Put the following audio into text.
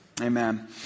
Amen